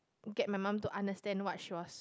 get my mum to understand what she was